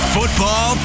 Football